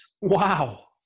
Wow